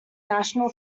national